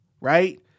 right